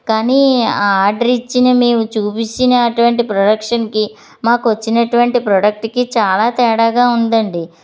కానీ ఆ ఆర్డర్ ఇచ్చిన మీవి చూపించినటువంటి ప్రొడక్షన్కి ఏంటి మాకు వచ్చినటువంటి ప్రోడక్ట్కి చాలా తేడాగా ఉందండి